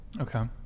Okay